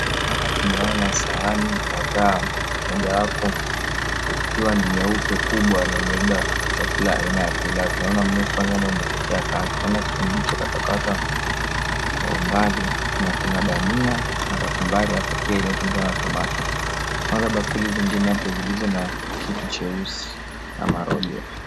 Hapa tunaona sahani kadhaa mojawapo ikiwa ni kubwa nyeupe na imebeba chakula aina ya pilau. Tunaona mnofu wa nyama umetokea kando. Naona kitunguu kilichokatwa kwatwa na kuna dania na kachumbari hapo pia. Naona bakuli zingine hapo kilicho na kitu cheusi ama rojo.